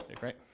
right